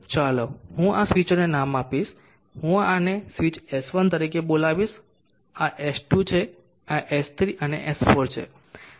ચાલો હું હવે સ્વીચો ને નામ આપીશ હું આને સ્વીચ S1 તરીકે બોલાવીશ આ S2 છે આ S3 અને S4 છે